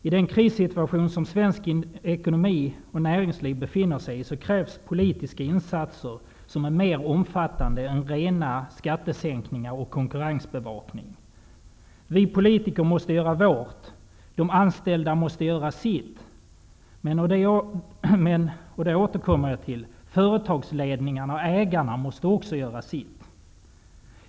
I den krissituation som svensk ekonomi och näringsliv befinner sig i, krävs politiska insatser som är mer omfattande än rena skattesänkningar och konkurrensbevakning. Vi politiker måste göra vårt. De anställda måste göra sitt. Men, och det återkommer jag till, företagsledningarna och ägarna måste också göra sitt.